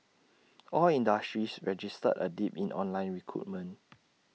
all industries registered A dip in online recruitment